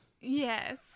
Yes